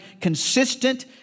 consistent